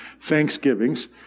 thanksgivings